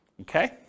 Okay